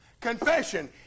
Confession